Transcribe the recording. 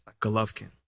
golovkin